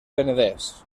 penedès